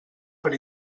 per